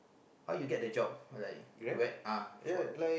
how you get the job like where where ah